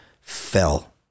fell